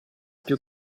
più